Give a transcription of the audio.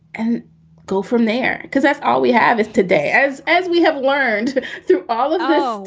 and go from there because that's all we have is today, as as we have learned through all of this